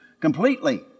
completely